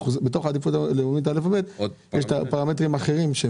העדיפות הלאומית א' ו-ב' יש פרמטרים אחרים.